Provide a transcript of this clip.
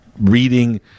reading